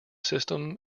system